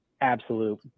absolute